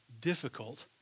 difficult